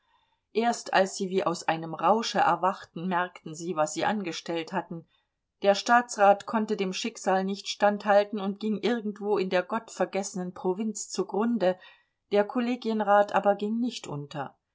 erst als sie wie aus einem rausche erwachten merkten sie was sie angestellt hatten der staatsrat konnte dem schicksal nicht standhalten und ging irgendwo in der gottvergessenen provinz zugrunde der kollegienrat aber ging nicht unter